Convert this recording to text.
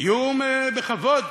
קיום בכבוד.